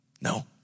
No